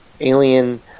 alien